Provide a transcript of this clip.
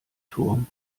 turm